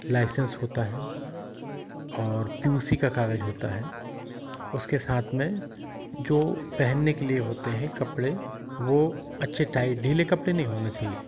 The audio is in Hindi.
लाइसेंस होता है और पी यू सी का कागज होता है उसके साथ में जो पहनने के लिए होते हैं कपड़े वो अच्छे टाइट ढीले कपड़े नहीं होने चाहिए